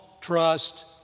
trust